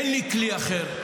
אין לי כלי אחר.